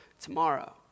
tomorrow